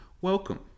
welcome